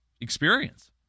Experience